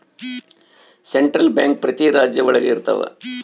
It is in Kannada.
ಸೆಂಟ್ರಲ್ ಬ್ಯಾಂಕ್ ಪ್ರತಿ ರಾಜ್ಯ ಒಳಗ ಇರ್ತವ